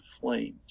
flames